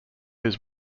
his